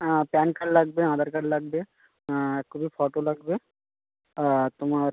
হ্যাঁ PAN card লাগবে Aadhaar card লাগবে এক কপি ফটো লাগবে আর তোমার